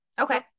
Okay